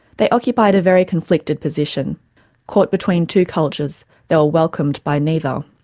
they occupied a very conflicted position caught between two cultures, they were welcomed by neither.